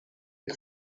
que